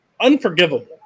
unforgivable